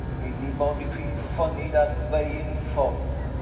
anybody feel funny dat vay in fog.